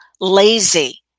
lazy